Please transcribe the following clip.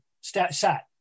sat